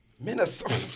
Minnesota